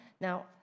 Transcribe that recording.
Now